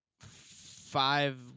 Five